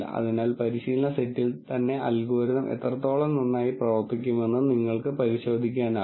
അതിനാൽ പരിശീലന സെറ്റിൽ തന്നെ അൽഗോരിതം എത്രത്തോളം നന്നായി പ്രവർത്തിക്കുമെന്ന് നിങ്ങൾക്ക് പരിശോധിക്കാനാകും